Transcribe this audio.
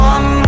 One